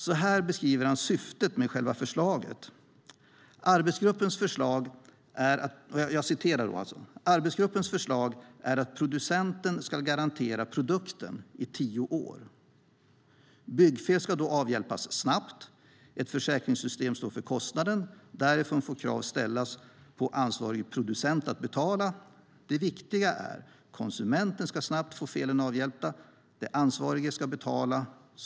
Så här beskriver han syftet med själva förslaget: "Arbetsgruppens förslag är att producenten skall garantera produkten i 10 år. Byggfel skall då avhjälpas snabbt. Ett försäkringssystem står för kostnaden. Därifrån får krav ställas på ansvarig producent att betala. Det viktiga är: Konsumenten skall snabbt få felen avhjälpta. Den ansvarige skall betala.